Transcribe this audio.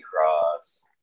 cross